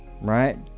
right